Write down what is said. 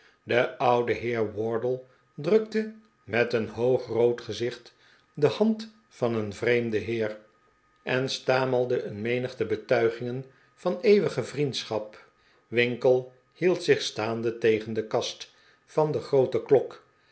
de oude heer wardle drukte met een hoogrood gezicht de hand van een vreemden heer en stamelde een menigte betuigin gen van eeuwige vriendschap winkle hield zich staande tegen de kast van de groote klok